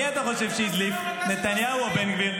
מי אתה חושב שהדליף, נתניהו או בן גביר?